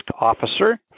Officer